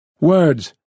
Words